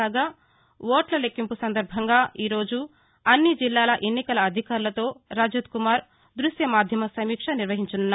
కాగా ఓట్ల లెక్కింపు సందర్భంగా ఈరోజు అన్ని జిల్లాల ఎన్నికల అధికారులతో రజత్కుమార్ దృశ్యమాధ్యమ సమీక్ష నిర్వహించనున్నారు